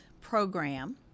program